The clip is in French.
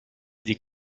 des